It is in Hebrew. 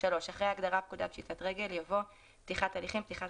אחרי ההגדרה "פקודת פשיטת הרגל" יבוא: ""פתיחת הליכים" פתיחת